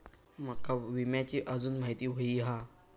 माका विम्याची आजून माहिती व्हयी हा?